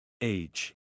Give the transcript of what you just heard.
Age